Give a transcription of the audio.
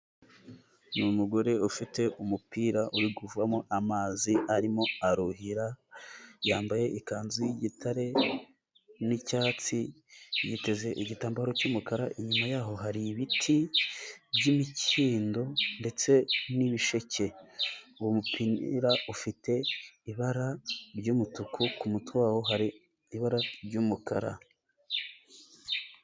Ni umugore ufite umupira uri kuvamo amazi, arimo aruhira, yambaye ikanzu y'igitare n'icyatsi, yiteze igitambaro cy'umukara, inyuma yaho hari ibiti by'imikindo, ndetse n'ibisheke uwo mupira ufite ibara ry'umutuku, ku mutwe wawo hari ibara ry'umukara.